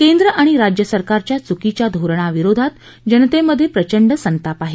केंद्र आणि राज्य सरकारच्या चुकीच्या धोरणाविरोधात जनतेमध्ये प्रचंड संताप आहे